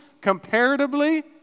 comparatively